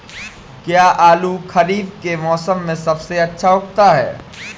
क्या आलू खरीफ के मौसम में सबसे अच्छा उगता है?